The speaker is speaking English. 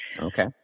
Okay